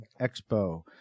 Expo